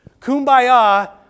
Kumbaya